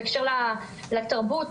בהקשר לתרבות